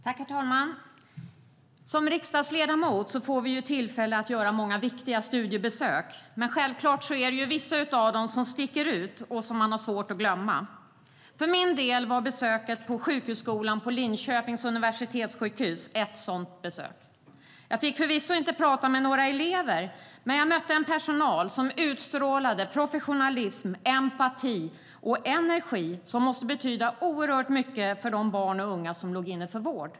Herr talman! Som riksdagsledamot får vi tillfälle att göra många viktiga studiebesök, men självklart är vissa av dem sådana som sticker ut och som man har svårt att glömma. För min del var besöket på sjukhusskolan vid Linköpings universitetssjukhus ett sådant besök. Jag fick förvisso inte prata med några elever, men jag mötte en personal som utstrålade professionalism, empati och energi, vilket måste betyda oerhört mycket för de barn och unga som låg inne för vård.